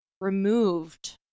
removed